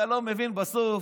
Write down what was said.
אתה לא מבין שבסוף,